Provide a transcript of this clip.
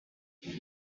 doctor